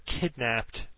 Kidnapped